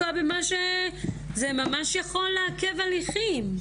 זה ממש יכול לעכב הליכים.